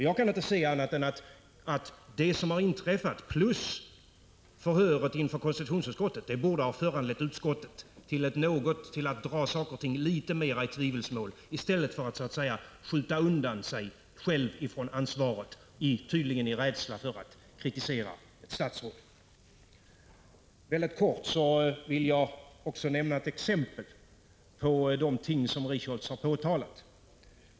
Jag kan inte se annat än att det som har inträffat plus förhöret inför konstitutionsutskottet borde ha föranlett utskottet att dra saker och ting litet mera i tvivelsmål i stället för att skjuta undan sig självt från ansvaret, tydligen av rädsla för att kritisera ett statsråd. Väldigt kort vill jag också nämna ett exempel på de ting som Richholtz har påtalat.